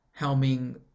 helming